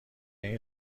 این